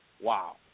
wow